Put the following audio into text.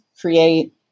create